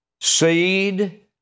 seed